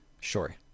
Sure